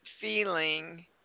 feeling